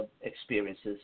experiences